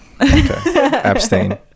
Abstain